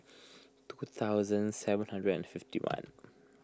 two thousand seven hundred and fifty one